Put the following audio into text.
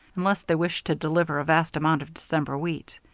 unless they wished to deliver a vast amount of december wheat?